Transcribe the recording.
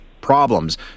problems